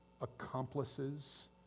accomplices